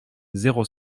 zéro